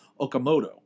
Okamoto